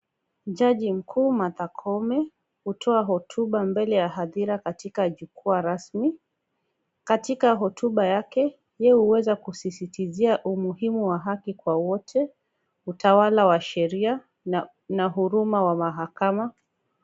Jaji mkuu Martha Koome hutoa hotuba mbele ya jukwaa rasmi, katika hotuba yake, yeye huweza kusisitizia umuhimu wa kwa wote, utawala wa sheria na huruma wa mahakama.